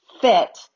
fit